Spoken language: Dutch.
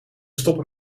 stoppen